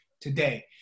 today